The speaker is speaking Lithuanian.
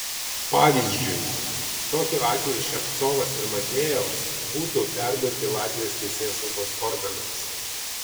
pavyzdžiui tokiu atveju ševcovas ir matvejevas būtų perduoti latvijos teisėsaugos organams